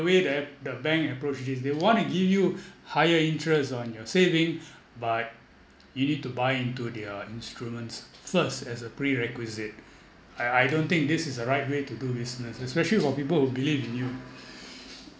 way that the bank approach this they want to give you higher interest on your saving but you need to buy into their instruments first as a prerequisite I I don't think this is the right way to do business especially for people who believe in you